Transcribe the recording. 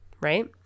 right